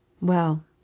Well